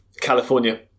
California